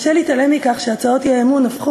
קשה להתעלם מכך שהצעות האי-אמון הפכו